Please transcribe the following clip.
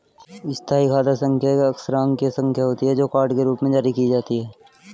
स्थायी खाता संख्या एक अक्षरांकीय संख्या होती है, जो कार्ड के रूप में जारी की जाती है